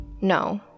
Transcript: No